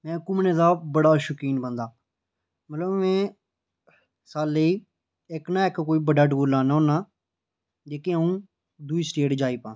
घुम्मनै दा बड़ा शौकीन बंदा मतलब में सालै दा कोई इक ना इक बड्डा टूर लाना होना जेह्का अ'ऊं दूई स्टेट जाई पां